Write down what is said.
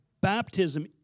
baptism